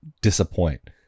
disappoint